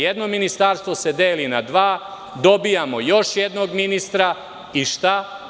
Jedno ministarstvo se deli na dva, dobijamo još jednog ministra i šta?